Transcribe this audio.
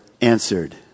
answered